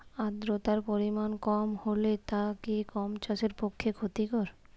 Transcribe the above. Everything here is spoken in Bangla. আর্দতার পরিমাণ কম হলে তা কি গম চাষের পক্ষে ক্ষতিকর?